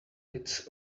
its